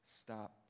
stop